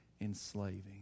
enslaving